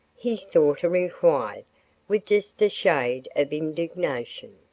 his daughter inquired with just a shade of indignation.